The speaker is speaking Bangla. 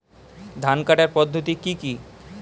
ধান কাটার পদ্ধতি কি কি?